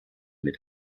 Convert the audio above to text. mit